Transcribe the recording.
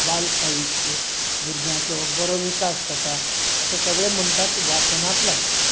बाल साहित्य भुरग्यांचो बरो विकास जाता अशें सगळें म्हणटात वाचनांतल्यान